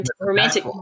romantic